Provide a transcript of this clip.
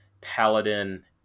Paladin